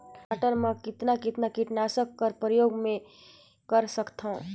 टमाटर म कतना कतना कीटनाशक कर प्रयोग मै कर सकथव?